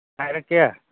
ꯍꯥꯏꯔꯛꯀꯦ